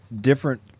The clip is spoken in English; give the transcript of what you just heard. different